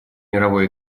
мировой